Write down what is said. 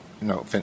no